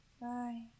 Bye